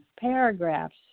paragraphs